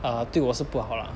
uh 对我是不好啦